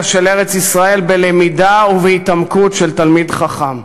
של ארץ-ישראל בלמידה והתעמקות של תלמיד חכם.